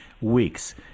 weeks